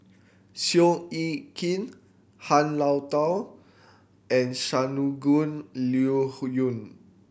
Seow Yit Kin Han Lao Da and Shangguan Liu yun